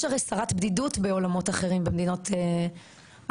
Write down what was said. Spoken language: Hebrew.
יש הרי שרת בדידות בעולמות אחרים, במדינות אחרות.